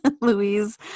Louise